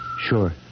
sure